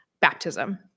baptism